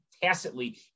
tacitly